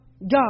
God